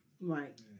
Right